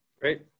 Great